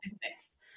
business